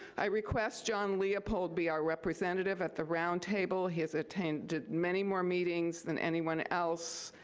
i request john leopold be our representative at the roundtable. he has attended many more meetings than anyone else,